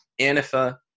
ANIFA